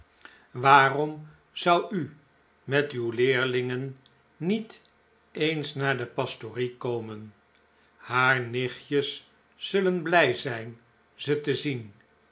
waarom zou u met uw leerlingen niet eens naar de pastorie komen haar nichtjes zullen blij zijn ze te zien